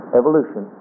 evolution